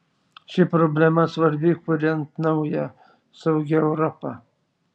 ši problema svarbi kuriant naują saugią europą